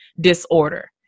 disorder